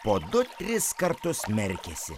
po du tris kartus merkėsi